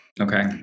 Okay